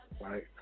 right